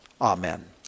amen